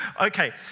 Okay